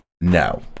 No